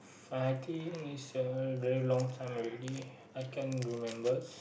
I think is a very long time already I can't remember